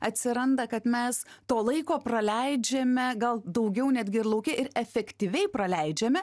atsiranda kad mes to laiko praleidžiame gal daugiau netgi lauke ir efektyviai praleidžiame